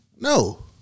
No